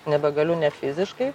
nebegaliu net fiziškai